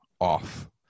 off